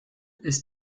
ist